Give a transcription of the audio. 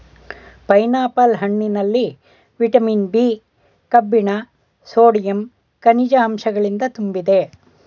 pineapple ಹಣ್ಣಿನಲ್ಲಿ vitamin B, ಕಬ್ಬಿಣ sodium, ಕನಿಜ ಅಂಶಗಳಿಂದ ತುಂಬಿದೆ